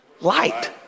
light